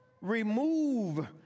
Remove